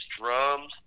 drums